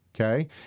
okay